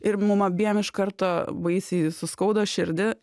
ir mum abiem iš karto baisiai suskaudo širdį